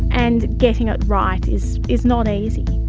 and getting it right is is not easy.